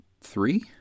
three